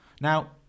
Now